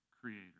creator